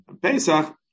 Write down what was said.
Pesach